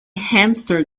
hamster